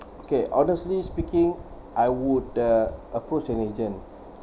okay honestly speaking I would uh approach an agent